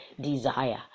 desire